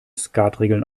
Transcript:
skatregeln